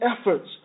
efforts